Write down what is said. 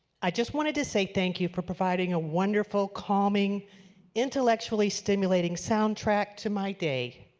i just wanted to say thank you for providing a wonderful calming intellectually stimulating sound track to my day.